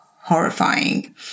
horrifying